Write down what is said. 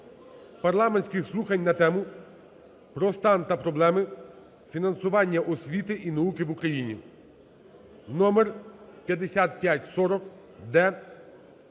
парламентських слухань на тему: "Про стан та проблеми фінансування освіти і науки в Україні" № 5540-д,